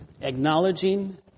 acknowledging